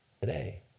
today